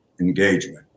engagement